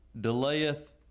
delayeth